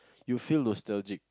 you feel nostalgic